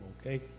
okay